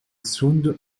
sound